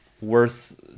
worth